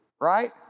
right